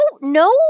no